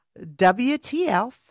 WTF